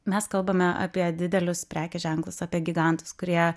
mes kalbame apie didelius prekės ženklus apie gigantus kurie